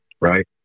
right